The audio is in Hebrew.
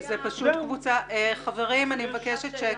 יש רק ועדה אחת שדנה בסוגיה של מבקשי המקלט.